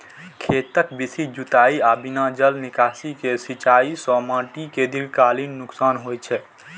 खेतक बेसी जुताइ आ बिना जल निकासी के सिंचाइ सं माटि कें दीर्घकालीन नुकसान होइ छै